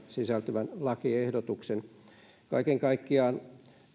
sisältyvän lakiehdotuksen kaiken kaikkiaan